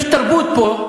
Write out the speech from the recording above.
יש תרבות פה: